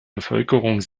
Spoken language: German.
bevölkerung